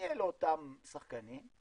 מי אלה אותם שחקנים?